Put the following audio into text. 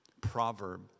proverb